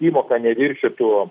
įmoka neviršytų